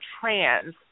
trans